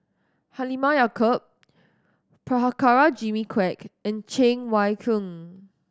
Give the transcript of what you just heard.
Halimah Yacob Prabhakara Jimmy Quek and Cheng Wai Keung